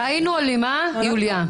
היינו עולים, יוליה.